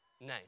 name